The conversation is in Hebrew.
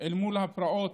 אל מול הפרעות